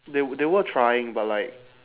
they they were trying but like